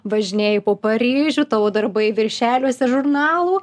važinėji po paryžių tavo darbai viršeliuose žurnalų